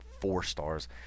four-stars